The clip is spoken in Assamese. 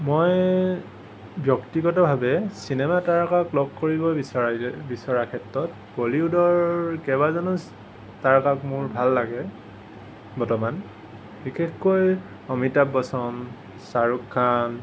মই ব্যক্তিগতভাৱে চিনেমাৰ তাৰকাক লগ কৰিবৰ বিচৰাৰ বিচৰাৰ ক্ষেত্ৰত বলিউডৰ কেইবাজনো তাৰকাক মোৰ ভাল লাগে বৰ্তমান বিশেষকৈ অমিতাভ বচ্চন শ্বাহৰুখ খান